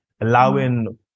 Allowing